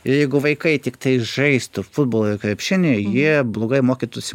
jeigu vaikai tiktai žaistų futbolą krepšinį jie blogai mokytųsi